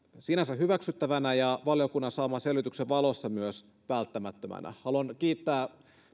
sinänsä hyväksyttävänä ja valiokunnan saaman selvityksen valossa myös välttämättömänä haluan kiittää